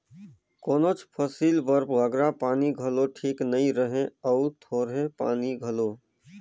कोनोच फसिल बर बगरा पानी घलो ठीक नी रहें अउ थोरहें पानी घलो